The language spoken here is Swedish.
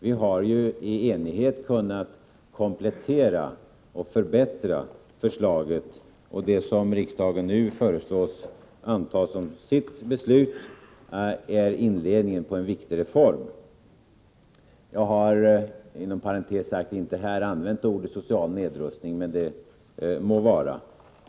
Vi har i enighet kunnat komplettera och förbättra förslaget, och det som riksdagen nu föreslås anta som sitt beslut är inledningen till en viktig reform. Jag har, inom parentes sagt, inte använt ordet social nedrustning — men det må vara.